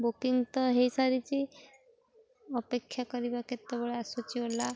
booking ତ ହେଇସାରିଛି ଅପେକ୍ଷା କରିବା କେତେବେଳେ ଆସୁଛି ଓଲା